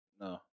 No